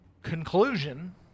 Conclusion